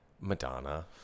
Madonna—